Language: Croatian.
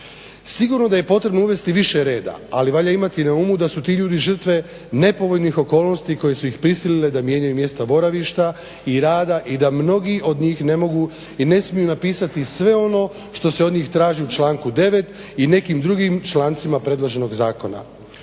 Sigurno da je potrebno uvesti više reda, ali valja imati na umu da su ti ljudi žrtve nepovoljnih okolnosti koje su ih prisilile da mijenjaju mjesta boravišta i rada i da mnogi od njih ne mogu i ne smiju napisati sve ono što se od njih traži u članku 9. i nekim drugim člancima predloženog zakona.